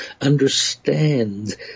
understand